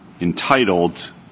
entitled